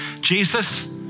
Jesus